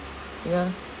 you know